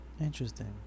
Interesting